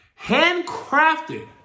Handcrafted